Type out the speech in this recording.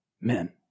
men